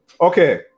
Okay